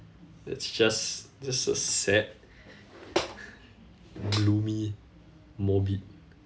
it's just just a sad gloomy morbid